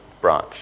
branch